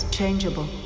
changeable